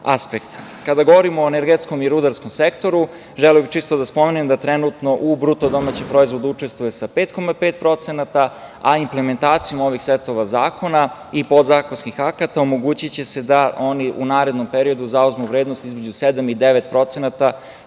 govorimo o energetskom i rudarskom sektoru, želeo bih čisto da spomenem da trenutno u bruto domaći proizvod učestvuje sa 5,5%, a implementacijom ovih setova zakona i podzakonskih akta omogućiće se da oni u narednom periodu zauzmu vrednost između 7% i 9%,